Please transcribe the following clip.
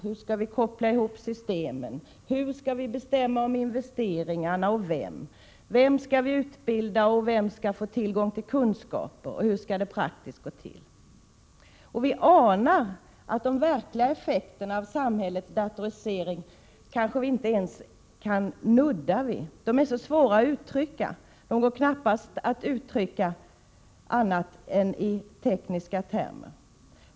Hur skall vi koppla ihop systemen? Hur skall vi bestämma om investeringarna? Vem skall utbildas, vem skall få tillgång till kunskaper och hur skall det praktiskt gå till? Vi anar att vi kanske inte ens kan nudda vid de verkliga effekterna av samhällets datorisering — de är så svåra att uttrycka, att det knappast går att göra annat än i tekniska termer.